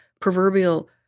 proverbial